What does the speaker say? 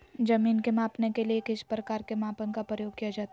जमीन के मापने के लिए किस प्रकार के मापन का प्रयोग किया जाता है?